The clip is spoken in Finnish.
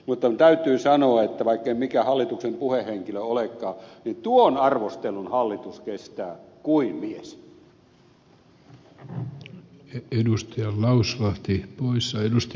mutta täytyy sanoa että vaikka en mikään hallituksen puhehenkilö olekaan niin tuon arvostelun hallitus kestää kuin mies